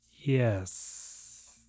Yes